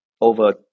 over